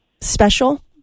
special